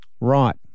Right